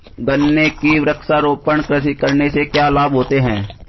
गन्ने की वृक्षारोपण कृषि करने से क्या लाभ होते हैं?